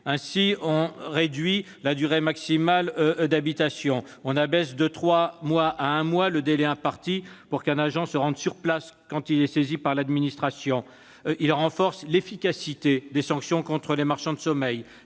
Ainsi, le texte réduit la durée maximale d'habitation, abaisse de trois mois à un mois le délai imparti pour qu'un agent se rende sur place lorsqu'un citoyen saisit l'administration. Il renforce l'efficacité des sanctions contre les marchands de sommeil